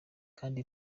kandi